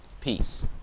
Peace